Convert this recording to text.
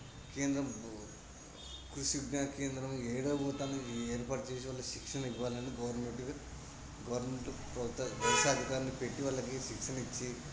కేంద్రం కృషి విజ్ఞాన కేంద్రం ఎక్కడ పోతాన్నది ఏర్పాటు చేసి వాళ్ళకి శిక్షణ ఇవ్వాలని గవర్నమెంట్కి గవర్నమెంట్కి ప్రోత అధికారిని పెట్టి వాళ్ళకి శిక్షణ ఇచ్చి